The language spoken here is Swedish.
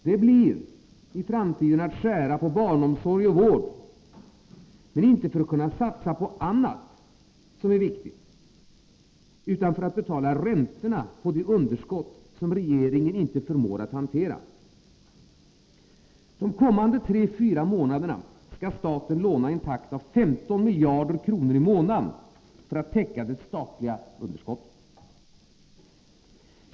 Det blir i framtiden att skära på barnomsorg och vård, men inte för att satsa på annat som är viktigt utan för att betala räntorna på det underskott som regeringen inte förmår att hantera. De kommande tre fyra månaderna skall staten låna i en takt av 15 miljarder kronor i månaden för att täcka det statliga underskottet.